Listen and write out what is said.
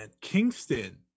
Kingston